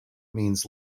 means